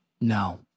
No